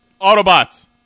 Autobots